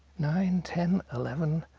nine, ten, eleven,